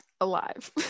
alive